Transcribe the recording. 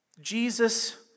Jesus